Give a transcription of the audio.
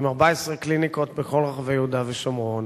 עם 14 קליניקות בכל רחבי יהודה ושומרון,